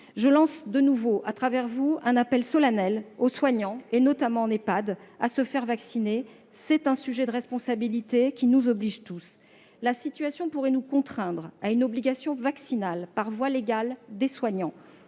Je lance de nouveau en cet instant un appel solennel aux soignants, notamment en Ehpad, à se faire vacciner. C'est un sujet de responsabilité qui nous oblige tous. La situation pourrait nous contraindre à une obligation vaccinale, par voie légale, des soignants.